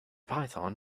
python